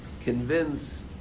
convince